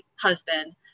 husband